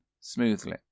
smoothly